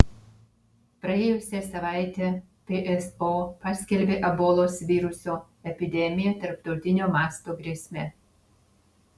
praėjusią savaitę pso paskelbė ebolos viruso epidemiją tarptautinio masto grėsme